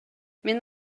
мен